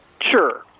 Sure